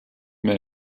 mehr